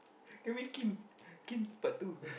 can make kin kin part two